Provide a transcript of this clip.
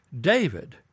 David